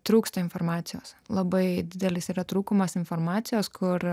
trūksta informacijos labai didelis yra trūkumas informacijos kur